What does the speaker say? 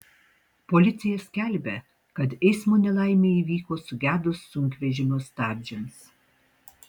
policija skelbia kad eismo nelaimė įvyko sugedus sunkvežimio stabdžiams